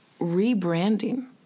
rebranding